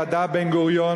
ידע בן-גוריון,